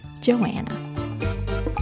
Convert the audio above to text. Joanna